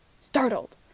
startled